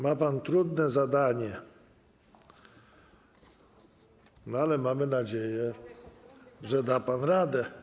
Ma pan trudne zadanie, ale mamy nadzieję, że da pan radę.